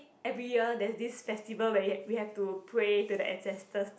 every year there's this festival where we had we have to pray to the ancestors